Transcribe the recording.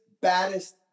baddest